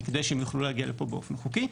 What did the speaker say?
כדי שהם יוכלו להגיע לפה באופן חוקי.